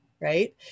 Right